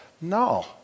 no